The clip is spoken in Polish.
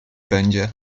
będzie